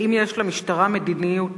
האם יש למשטרה מדיניות